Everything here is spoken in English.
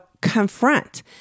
confront